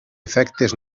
efectes